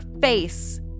face